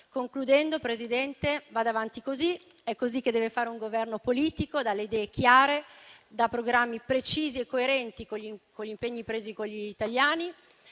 del Consiglio, vada avanti così, è questo che deve fare un Governo politico dalle idee chiare, dai programmi precisi e coerenti con gli impegni presi con gli italiani.